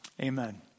Amen